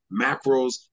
macros